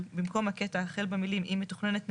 במקום הקטע החל במילים "אם מתוכננת נטיעה"